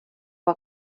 war